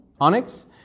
onyx